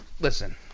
Listen